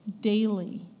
daily